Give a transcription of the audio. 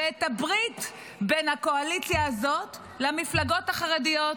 ואת הברית בין הקואליציה הזאת למפלגות החרדיות.